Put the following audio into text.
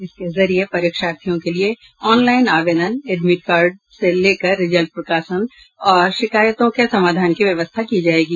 इसके जरिये परीक्षार्थियों के लिए ऑन लाईन आवेदन एडमिट कार्ड से लेकर रिजल्ट प्रकाशन और शिकायतों के समाधान की व्यवस्था की जायेगी